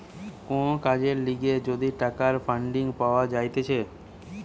কোন কাজের লিগে যদি টাকার ফান্ডিং পাওয়া যাইতেছে